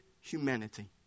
humanity